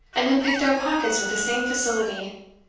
and then pick their pockets with the same facility.